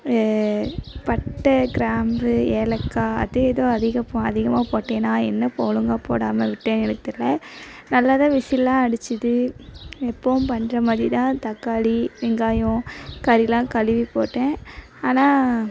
பட்டை கிராம்பு ஏலக்காய் அது எதுவும் அதிகம் அதிகமாக போட்டேனா என்ன அப்போ ஒழுங்கா போடாமல் விட்டேன் எனக்கு தெரில நல்லா தான் விசில்லாம் அடித்தது எப்போதும் பண்ணுற மாதிரி தான் தக்காளி வெங்காயம் கறிலாம் கழுவி போட்டேன் ஆனால்